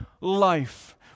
life